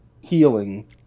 healing